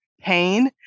pain